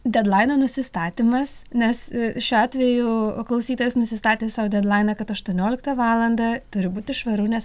dedlaino nusistatymas nes šiuo atveju klausytojas nusistatė sau dedlainą kad aštuonioliktą valandą turi būti švaru nes